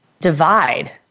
divide